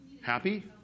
Happy